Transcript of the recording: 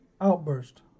outburst